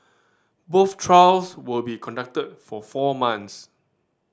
both trials will be conducted for four months